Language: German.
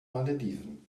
malediven